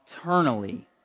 eternally